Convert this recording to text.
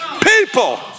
People